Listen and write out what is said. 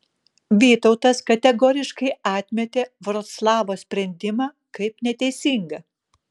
vytautas kategoriškai atmetė vroclavo sprendimą kaip neteisingą